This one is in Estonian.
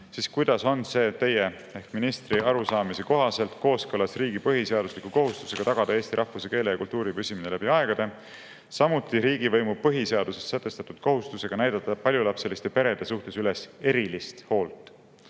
siis kuidas on see teie kui ministri arusaamise kohaselt kooskõlas riigi põhiseadusliku kohustusega tagada eesti rahvuse, keele ja kultuuri püsimine läbi aegade, samuti riigivõimu põhiseaduses sätestatud kohustusega näidata paljulapseliste perede suhtes üles erilist hoolt?